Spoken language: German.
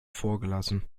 vorgelassen